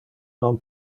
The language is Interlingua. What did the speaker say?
non